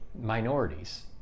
minorities